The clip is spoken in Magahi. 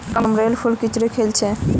कमलेर फूल किचड़त खिल छेक